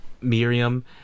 Miriam